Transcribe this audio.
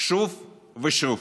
שוב ושוב,